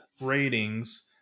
ratings